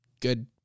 good